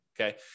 okay